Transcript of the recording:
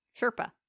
Sherpa